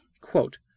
quote